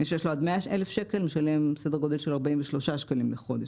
מי שיש לו עד 100,000 שקל משלם סדר גודל של 43 שקלים לחודש.